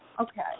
okay